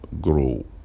grow